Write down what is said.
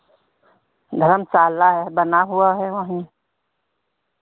धर्मशाला है बना हुआ है वहीं